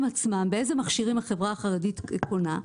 עצמם ובאיזה מכשירים החברה החרדית קונה.